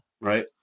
Right